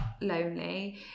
lonely